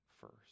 first